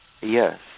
Yes